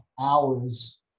hours